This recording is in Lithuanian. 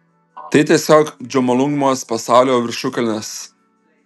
tai tiesiog džomolungmos pasaulio viršukalnės